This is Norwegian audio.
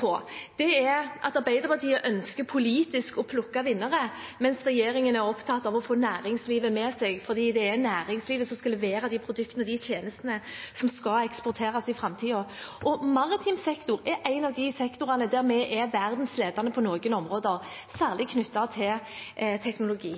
på, er at Arbeiderpartiet ønsker politisk å plukke vinnere, mens regjeringen er opptatt av å få næringslivet med seg, fordi det er næringslivet som skal levere de produktene og de tjenestene som skal eksporteres i framtiden. Og maritim sektor er en av de sektorene der vi er verdensledende på noen områder, særlig knyttet til teknologi,